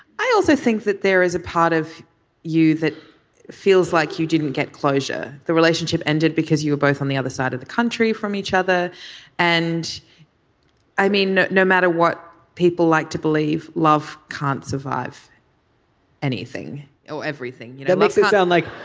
i also think that there is a part of you that feels like you didn't get closure the relationship ended because you were both on the other side of the country from each other and i mean no matter what people like to believe love can't survive anything or everything that you know makes it sound like